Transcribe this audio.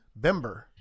Bember